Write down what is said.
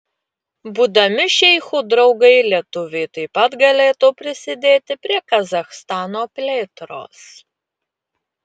būdami šeichų draugai lietuviai taip pat galėtų prisidėti prie kazachstano plėtros